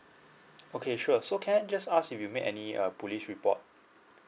okay sure so can I just ask if you make any uh police report